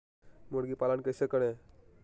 मुर्गी पालन कैसे करें?